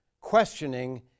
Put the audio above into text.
questioning